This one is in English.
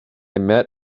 met